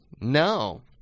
No